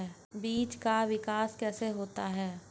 बीज का विकास कैसे होता है?